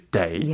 day